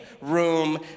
room